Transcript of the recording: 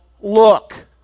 look